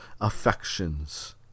affections